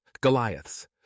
Goliaths